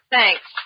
Thanks